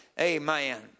Amen